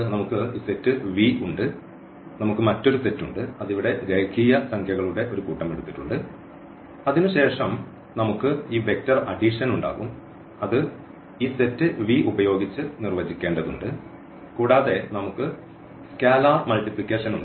നമുക്ക് ഈ set V ഉണ്ട് നമുക്ക് മറ്റൊരു സെറ്റ് ഉണ്ട് അത് ഇവിടെ രേഖീയ സംഖ്യകളുടെ ഒരു കൂട്ടം എടുത്തിട്ടുണ്ട് അതിനുശേഷം നമുക്ക് ഈ വെക്റ്റർ അഡിഷൻ ഉണ്ടാകും അത് ഈ സെറ്റ് V ഉപയോഗിച്ച് നിർവചിക്കേണ്ടതുണ്ട് കൂടാതെ നമുക്ക് സ്കേലാർ മൾട്ടിപ്ലിക്കേഷൻ ഉണ്ട്